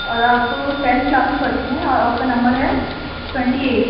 اور آپ tenth class میں پرھتے ہیں اور آپ کا نمبر ہے ٹوینٹی ایٹ